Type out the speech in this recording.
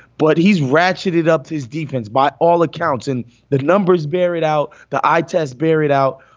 but he's ratcheted up his defense by all accounts, and the numbers bear it out. the eye test buried out.